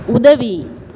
உதவி